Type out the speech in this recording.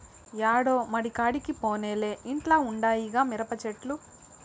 యాడో మడికాడికి పోనేలే ఇంట్ల ఉండాయిగా మిరపచెట్లు